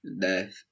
death